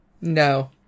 No